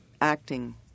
acting